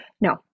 no